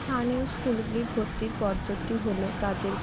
স্থানীয় স্কুলগুলি ভত্তির পদ্ধতি হল তাদের